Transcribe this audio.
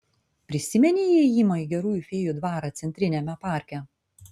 prisimeni įėjimą į gerųjų fėjų dvarą centriniame parke